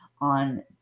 on